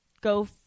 go